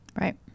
Right